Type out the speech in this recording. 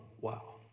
wow